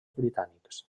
britànics